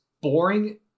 boring